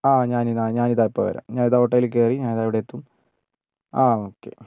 ആ ഞാൻ എന്നാൽ ഞാനിതാ ഇപ്പോൾ വരാം ഞാനിതാ ഓട്ടോയിൽ കയറി ഞാനിതാ അവിടെയെത്തും ആ ഓക്കേ